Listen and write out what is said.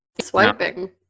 swiping